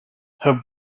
her